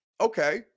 okay